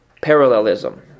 Parallelism